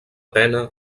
pena